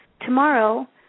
Tomorrow